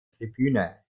tribüne